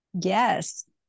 yes